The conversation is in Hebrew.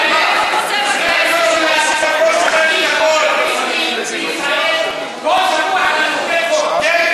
אתה צריך להתבייש כל יום על מה שאתה